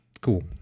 cool